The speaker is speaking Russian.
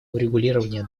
урегулирования